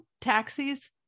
taxis